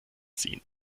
ziehen